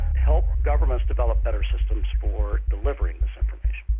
help governments develop better systems for delivering this information.